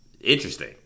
interesting